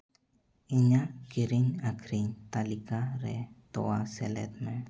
ᱤᱧᱟᱹᱜ ᱠᱤᱨᱤᱧ ᱟᱹᱠᱷᱨᱤᱧ ᱛᱟᱹᱞᱤᱠᱟ ᱨᱮ ᱛᱚᱣᱟ ᱥᱮᱞᱮᱫ ᱢᱮ